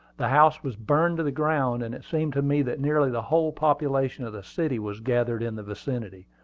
the house was burned to the ground and it seemed to me that nearly the whole population of the city was gathered in the vicinity.